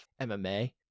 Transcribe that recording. MMA